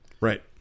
Right